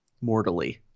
mortally